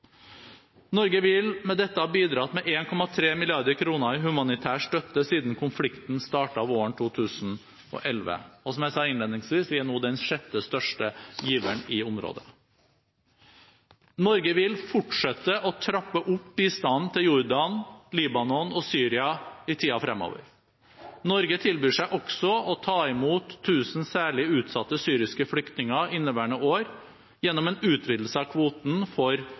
Norge vil med dette ha bidratt med 1,3 mrd. kr i humanitær støtte siden konflikten startet våren 2011. Og som jeg sa innledningsvis, er vi nå den sjette største giveren i området. Norge vil fortsette å trappe opp bistanden til Jordan, Libanon og Syria i tiden fremover. Norge tilbyr seg også å ta imot 1 000 særlig utsatte syriske flyktninger inneværende år gjennom en utvidelse av kvoten for